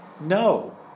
No